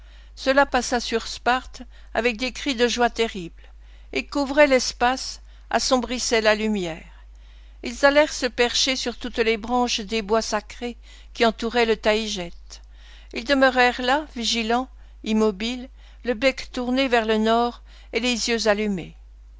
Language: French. cela passa sur sparte avec des cris de joie terrible ils couvraient l'espace assombrissant la lumière ils allèrent se percher sur toutes les branches des bois sacrés qui entouraient le taygète ils demeurèrent là vigilants immobiles le bec tourné vers le nord et les yeux allumés